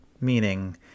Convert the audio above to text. Meaning